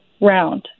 round